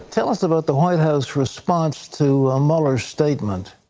tell us about the white house's response to ah mueller's statement.